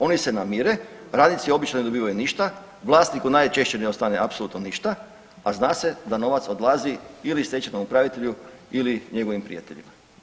Oni se namire, radnici obično ne dobivaju ništa, vlasniku najčešće ne ostane apsolutno ništa, a zna se da novac odlazi ili stečajnom upravitelju ili njegovim prijateljima.